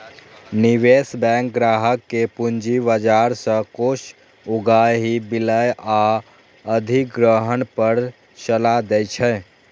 निवेश बैंक ग्राहक कें पूंजी बाजार सं कोष उगाही, विलय आ अधिग्रहण पर सलाह दै छै